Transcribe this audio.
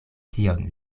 tion